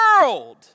world